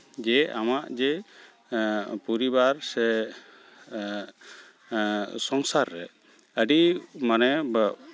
ᱜᱮ ᱟᱢᱟᱜ ᱡᱮ ᱯᱚᱨᱤᱵᱟᱨ ᱥᱮ ᱥᱚᱝᱥᱟᱨ ᱨᱮ ᱟᱹᱰᱤ ᱢᱟᱱᱮ